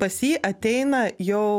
pas jį ateina jau